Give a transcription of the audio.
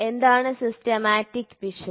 എന്താണ് സിസ്റ്റമാറ്റിക് പിശക്